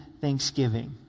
thanksgiving